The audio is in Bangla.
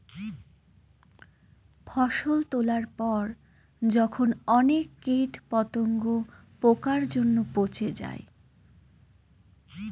ফসল তোলার পরে যখন অনেক কীট পতঙ্গ, পোকার জন্য পচে যায়